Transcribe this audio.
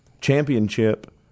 championship